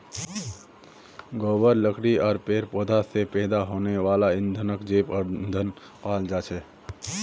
गोबर लकड़ी आर पेड़ पौधा स पैदा हने वाला ईंधनक जैव ईंधन कहाल जाछेक